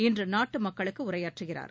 இன்றுநாட்டுமக்களுக்குஉரையாற்றுகிறார்